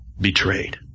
betrayed